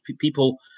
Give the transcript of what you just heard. people